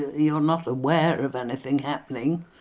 you're not aware of anything happening,